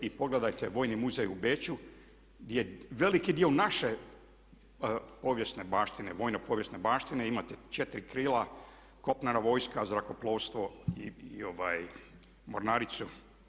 I pogledajte Vojni muzej u Beču gdje je veliki dio naše povijesne baštine, vojne povijesne baštine, imate 4 krila kopnena vojska, zrakoplovstvo i mornaricu.